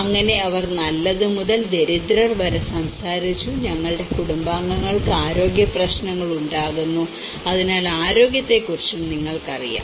അങ്ങനെ അവർ നല്ലതു മുതൽ ദരിദ്രർ വരെ സംസാരിച്ചു ഞങ്ങളുടെ കുടുംബാംഗങ്ങൾക്ക് ആരോഗ്യപ്രശ്നങ്ങൾ ഉണ്ടാക്കുന്നു അതിനാൽ ആരോഗ്യത്തെക്കുറിച്ച് നിങ്ങൾക്ക് അറിയാം